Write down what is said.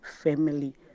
family